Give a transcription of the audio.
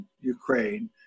Ukraine